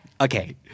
Okay